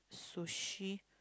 Sushi